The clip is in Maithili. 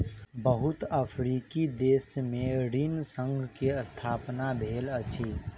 बहुत अफ्रीकी देश में ऋण संघ के स्थापना भेल अछि